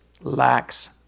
lacks